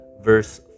verse